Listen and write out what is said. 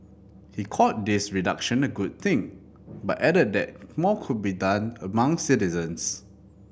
he called this reduction a good thing but added that more can be done among citizens